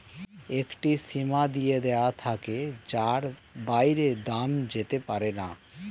একটি সীমা দিয়ে দেওয়া থাকে যার বাইরে দাম যেতে পারেনা